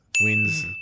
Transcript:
Wins